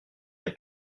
n’ai